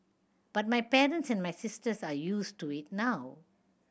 but my parents and my sisters are used to it now